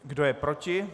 Kdo je proti?